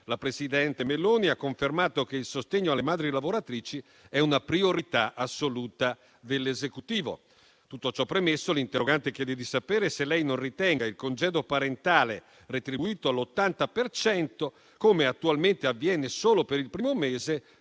la presidente Meloni ha confermato che il sostegno alle madri lavoratrici è una priorità assoluta dell'Esecutivo. Tutto ciò premesso, l'interrogante chiede di sapere se lei non ritenga che il congedo parentale retribuito all'80 per cento - come attualmente avviene solo per il primo mese